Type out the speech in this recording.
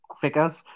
figures